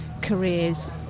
careers